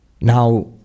Now